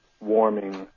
warming